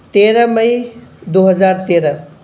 تیرہ مئی دو ہزار تیرہ